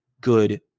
good